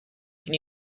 can